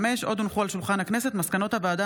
כמו כן הונחו על שולחן הכנסת מסקנות הוועדה